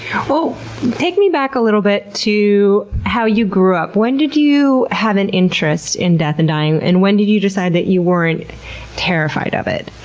so take me back a little bit to how you grew up. when did you have an interest in death and dying, and when did you decide that you weren't terrified of it?